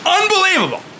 unbelievable